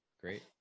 great